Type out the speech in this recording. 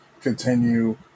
continue